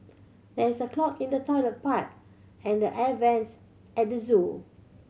there is a clog in the toilet pipe and the air vents at the zoo